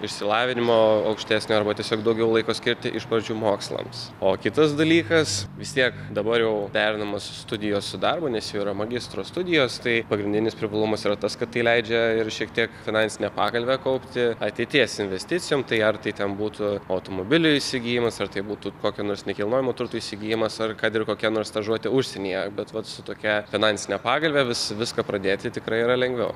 išsilavinimo aukštesnio arba tiesiog daugiau laiko skirti iš pradžių mokslams o kitas dalykas vis tiek dabar jau derinamos studijos su darbu nes jau yra magistro studijos tai pagrindinis privalumas yra tas kad tai leidžia ir šiek tiek finansinę pagalvę kaupti ateities investicijom tai ar tai ten būtų automobilio įsigijimas ar tai būtų kokio nors nekilnojamo turto įsigijimas ar kad ir kokia nors stažuotė užsienyje bet vat su tokia finansine pagalve vis viską pradėti tikrai yra lengviau